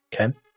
Okay